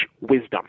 wisdom